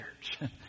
church